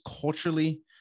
culturally